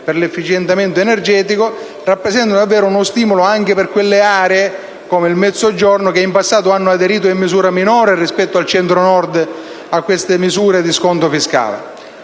per l'efficientamento energetico rappresentano davvero uno stimolo anche per quelle aree, come il Mezzogiorno, che in passato hanno aderito in misura minore rispetto al Centro-Nord a queste misure di sconto fiscale.